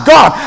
God